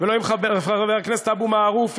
ולא עם חבר הכנסת אבו מערוף,